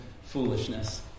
foolishness